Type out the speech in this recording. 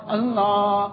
Allah